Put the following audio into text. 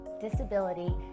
disability